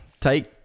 take